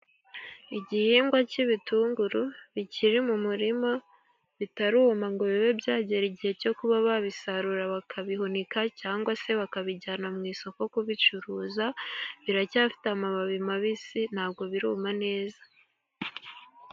Igihingwa cy'ibitunguru bikiri mu murima, bitaruma ngo bibe byagera igihe cyo kuba babisarura bakabihunika, cyangwa se bakabijyana mu isoko kubicuruza, biracyafite amababi mabisi ntabwo biruma neza.